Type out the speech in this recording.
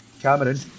Cameron